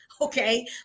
okay